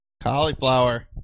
cauliflower